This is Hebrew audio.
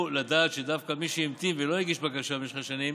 לדעת שדווקא מי שהמתין ולא הגיש בקשה במשך שנים